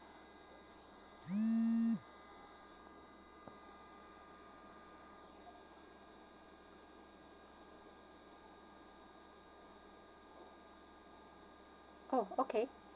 oh okay